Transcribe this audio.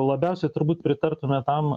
labiausiai turbūt pritartume tam